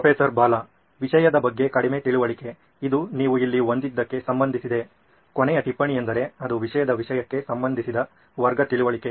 professor Bala ವಿಷಯದ ಬಗ್ಗೆ ಕಡಿಮೆ ತಿಳುವಳಿಕೆ ಇದು ನೀವು ಇಲ್ಲಿ ಹೊಂದಿದ್ದಕ್ಕೆ ಸಂಬಂಧಿಸಿದೆ ಕೊನೆಯ ಟಿಪ್ಪಣಿ ಎಂದರೆ ಅದು ವಿಷಯದ ವಿಷಯಕ್ಕೆ ಸಂಬಂಧಿಸಿದ ವರ್ಗ ತಿಳುವಳಿಕೆ